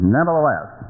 Nevertheless